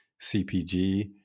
CPG